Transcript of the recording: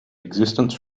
existence